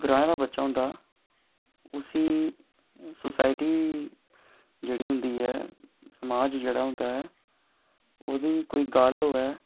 ग्राएं दा बच्चा होंदा उसी सोसायटी बी जेह्ड़ी होंदी ऐ समाज जेह्ड़ा होंदा ऐ ओह्दी कोई गल्ल होंदी ऐ